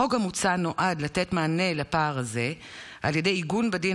החוק המוצע נועד לתת מענה לפער הזה על ידי עיגון בדין